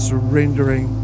Surrendering